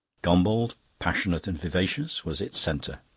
gombauld, passionate and vivacious, was its centre.